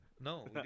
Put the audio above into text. No